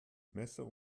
messer